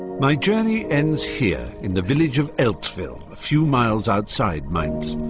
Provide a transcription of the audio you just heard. my journey ends here in the village of eltville, a few miles outside mainz.